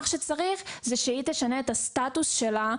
צריך להפריד בין מדיניות הגנה למדיניות הגירה.